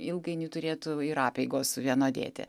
ilgainiui turėtų ir apeigos suvienodėti